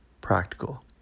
practical